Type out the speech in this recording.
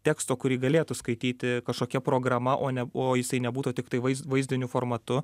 teksto kurį galėtų skaityti kažkokia programa o ne o jisai nebūtų tiktai vaiz vaizdiniu formatu